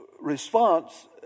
response